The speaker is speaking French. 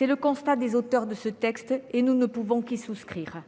est le constat des auteurs de ce texte, auquel nous ne pouvons que souscrire.